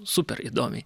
super įdomiai